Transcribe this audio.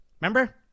Remember